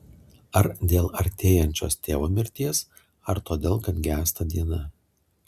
ar dėl artėjančios tėvo mirties ar todėl kad gęsta diena